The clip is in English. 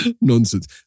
Nonsense